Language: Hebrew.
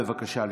בבקשה לספור.